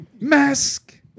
Mask